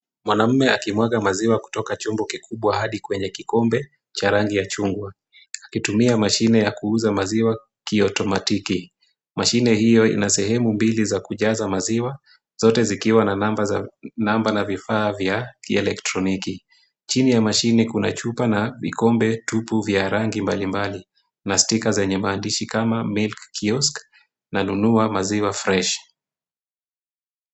Mwanamme akimwaga maziwa kutoka chumbo kikubwa hadi kwenye kikombe, cha rangi ya chungwa, akitumia mashine ya kuuza maziwa, kiotomatiki. Mashine hiyo ina sehemu mbili za kujaza maziwa, zote zikiwa na namba na vifaa vya kielektroniki. Chini ya mashine kuna chupa na vikombe tupu vya rangi mbalimbali, na stika zenye maandishi kama Milk Kiosk na nunua maziwa Fresh .